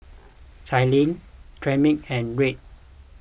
Cailyn Tremaine and Red